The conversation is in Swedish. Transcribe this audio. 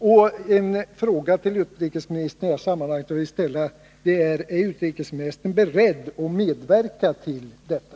I det här sammanhanget vill jag ställa följande fråga till utrikesministern: Är utrikesministern beredd att medverka till detta?